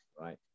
right